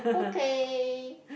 okay